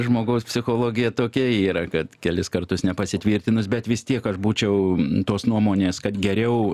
žmogaus psichologija tokia yra kad kelis kartus nepasitvirtinus bet vis tiek aš būčiau tos nuomonės kad geriau